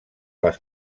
les